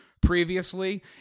previously